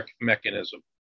mechanism